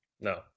No